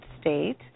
state